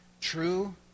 True